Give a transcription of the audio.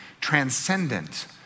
transcendent